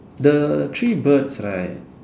the three birds right